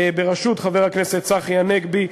בראשות חבר הכנסת צחי הנגבי,